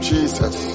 Jesus